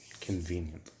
Convenient